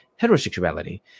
heterosexuality